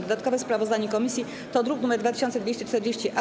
Dodatkowe sprawozdanie komisji to druk nr 2240-A.